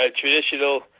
traditional